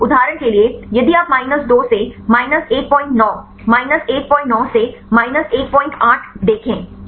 उदाहरण के लिए यदि आप माइनस 2 से माइनस 19 माइनस 19 से माइनस 18 देखें